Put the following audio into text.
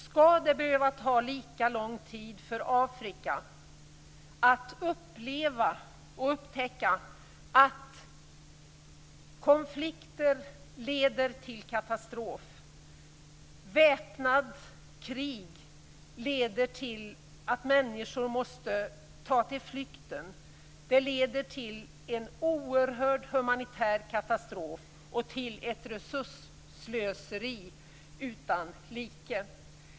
Skall det behöva ta lika lång tid för Afrika att uppleva och upptäcka att konflikter leder till katastrof, att väpnat krig leder till att människor måste ta till flykt? Det leder till en oerhörd humanitär katastrof och till ett resursslöseri utan like.